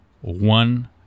one